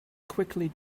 quickly